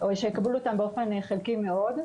או שיקבלו אותם באופן חלקי מאוד.